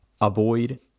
avoid